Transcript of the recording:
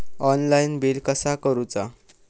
Online bill कसा करुचा?